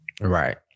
right